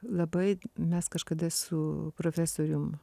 labai mes kažkada su profesorium